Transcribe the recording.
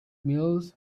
mills